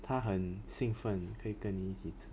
她很兴奋可以跟你一起吃